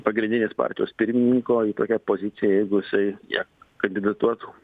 pagrindinės partijos pirmininko į tokią poziciją jeigu jisai į ją kandidatuotų